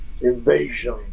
invasion